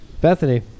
Bethany